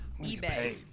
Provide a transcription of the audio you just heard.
eBay